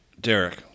Derek